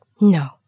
No